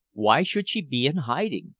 why should she be in hiding?